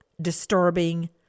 disturbing